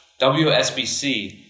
WSBC